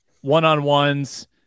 one-on-ones